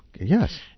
Yes